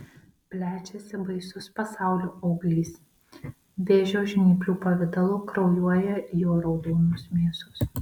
plečiasi baisus pasaulio auglys vėžio žnyplių pavidalu kraujuoja jo raudonos mėsos